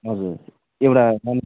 हजुर एउटा सानो